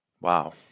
Wow